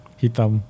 hitam